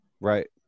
Right